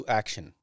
action